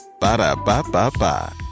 Ba-da-ba-ba-ba